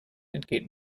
entgeht